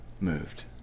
moved